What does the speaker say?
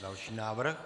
Další návrh.